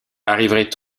arriverait